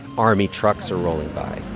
army trucks are rolling by.